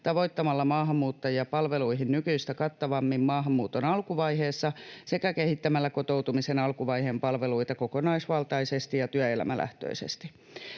tavoittamalla maahanmuuttajia palveluihin nykyistä kattavammin maahanmuuton alkuvaiheessa sekä kehittämällä kotoutumisen alkuvaiheen palveluita kokonaisvaltaisesti ja työelämälähtöisesti.